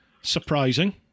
surprising